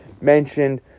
mentioned